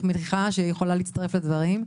שאני מניחה שהיא יכולה להצטרף לדברים.